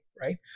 right